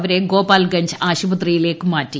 ഇവരെ ഗോപാൽഗഞ്ച് ആശുപത്രിയിലേക്ക് മാറ്റി